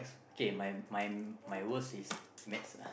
okay my my my worst is maths lah